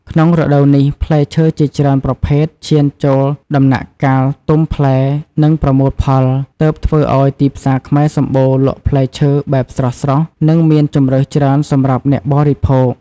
ក្នុងរដូវនេះ ផ្លែឈើជាច្រើនប្រភេទឈានចូលដំណាក់កាលទំផ្លែ និងប្រមូលផល ទើបធ្វើអោយទីផ្សារខ្មែរសម្បូរលក់ផ្លែឈើបែបស្រស់ៗ និងមានជម្រើសច្រើនសម្រាប់អ្នកបរិភោគ។